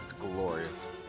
glorious